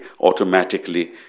automatically